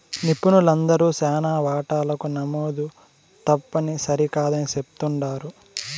నిపుణులందరూ శానా వాటాలకు నమోదు తప్పుని సరికాదని చెప్తుండారు